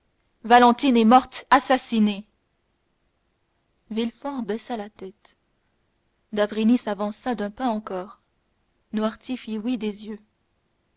valentine est morte assassinée villefort baissa la tête d'avrigny avança d'un pas encore noirtier fit oui des yeux